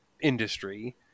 industry